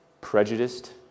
prejudiced